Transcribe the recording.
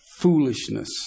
foolishness